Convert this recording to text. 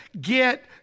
get